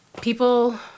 people